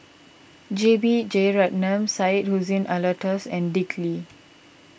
J B Jeyaretnam Syed Hussein Alatas and Dick Lee